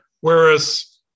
Whereas